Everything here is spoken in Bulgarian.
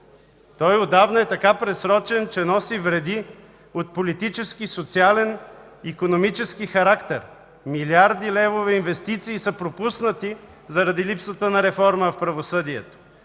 Той отдавна е така просрочен, че носи вреди от политически, социален, икономически характер. Милиарди левове инвестиции са пропуснати, заради липсата на реформа в правосъдието,